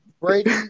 Brady